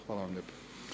Hvala vam lijepa.